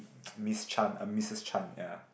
Miss Chan uh Missus Chan ya